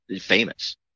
famous